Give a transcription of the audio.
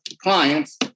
clients